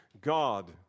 God